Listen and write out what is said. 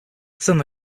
some